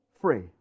free